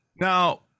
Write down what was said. Now